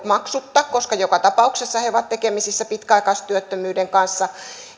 maksutta koska joka tapauksessa he ovat tekemisissä pitkäaikaistyöttömyyden kanssa